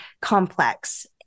complex